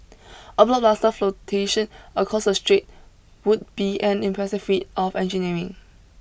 a blockbuster flotation across the strait would be an impressive feat of engineering